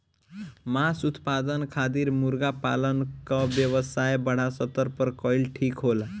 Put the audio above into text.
मांस उत्पादन खातिर मुर्गा पालन क व्यवसाय बड़ा स्तर पर कइल ठीक होला